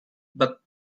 but